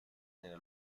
nella